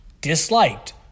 disliked